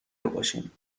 باشیم